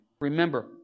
Remember